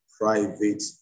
private